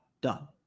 done